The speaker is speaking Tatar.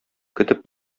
көтеп